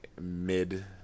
mid